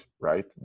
right